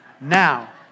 now